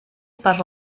per